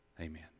Amen